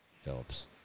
Phillips